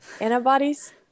antibodies